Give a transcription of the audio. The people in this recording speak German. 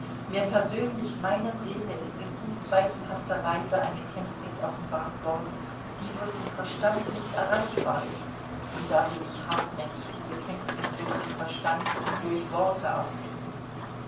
mir persönlich meiner seele ist in unzweifelhafter weise eine kenntnis offenbart worden die durch den verstand nicht erreichbar ist und da will ich hartnäckig diese kenntnis durch den verstand und durch worte ausdrücken